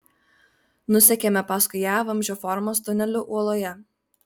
nusekėme paskui ją vamzdžio formos tuneliu uoloje